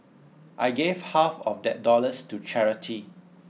I gave half of that dollars to charity